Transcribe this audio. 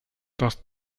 does